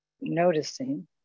noticing